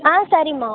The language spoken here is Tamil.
ஆ சரிம்மா